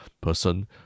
person